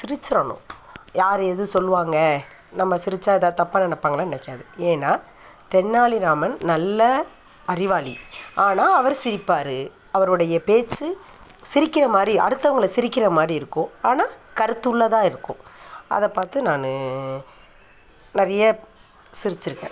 சிரிச்சிரணும் யார் எதுவும் சொல்வாங்க நம்ம சிரிச்சால் ஏதாவது தப்பாக நினப்பாங்கலாம் நினைக்காது ஏன்னா தெனாலிராமன் நல்ல அறிவாளி ஆனால் அவர் சிரிப்பார் அவருடைய பேச்சு சிரிக்கிற மாதிரி அடுத்தவங்களை சிரிக்கிற மாதிரி இருக்கும் ஆனால் கருத்துள்ளதாக இருக்கும் அதைப் பார்த்து நான் நிறைய சிரிச்சுருக்கேன்